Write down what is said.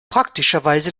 praktischerweise